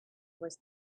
was